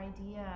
idea